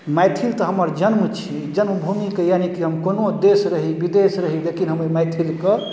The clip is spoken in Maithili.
मैथिल तऽ हमर जन्म छी जन्मभूमिके यानीकि हम कोनो देश रही विदेश रही लेकिन हम एहि मैथिलके